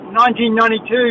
1992